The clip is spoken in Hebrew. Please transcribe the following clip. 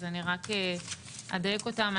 אז אני רק אדייק אותם.